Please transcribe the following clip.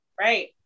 Right